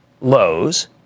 lows